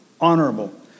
honorable